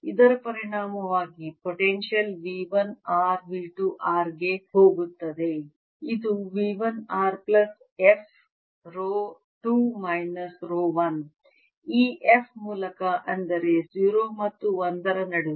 ಇದರ ಪರಿಣಾಮವಾಗಿ potential V 1 r V 2 r ಗೆ ಹೋಗುತ್ತದೆ ಇದು V 1 r plus f rho 2 minus rho 1 ಈ f ಮೂಲಕ ಅಂದರೆ 0 ಮತ್ತು 1 ರ ನಡುವೆ